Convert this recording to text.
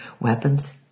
weapons